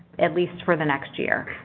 at least for the next year.